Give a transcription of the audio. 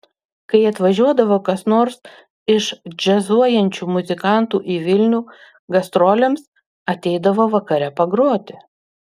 kai atvažiuodavo kas nors iš džiazuojančių muzikantų į vilnių gastrolėms ateidavo vakare pagroti